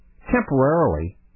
Temporarily